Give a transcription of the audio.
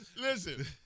Listen